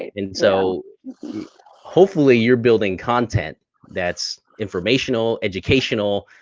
and so hopefully you're building content that's informational, educational,